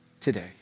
today